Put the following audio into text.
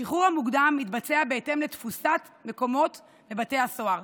השחרור המוקדם מתבצע בהתאם לתפוסת מקומות בבתי הסוהר.